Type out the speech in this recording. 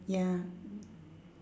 ya